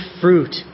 fruit